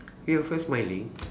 you will smiling